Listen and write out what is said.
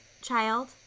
child